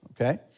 Okay